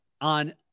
on